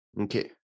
okay